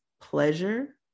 pleasure